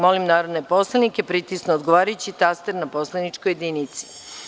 Molim narodne poslanike da pritisnu odgovarajući taster na poslaničkoj jedinici.